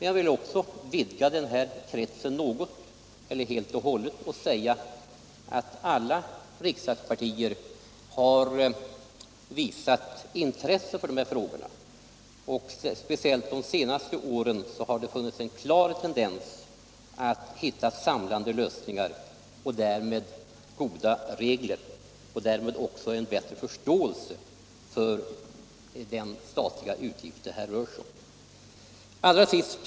Jag vill också vidga kretsen och — i säga att alla riksdagspartier har visat intresse för dessa frågor. Speciellt — Stöd till dagspresde senaste åren har det funnits en klar tendens att försöka finna samlande = sen m.m. lösningar och därmed goda regler liksom en bättre förståelse för de statliga utgifter som det här rör sig om.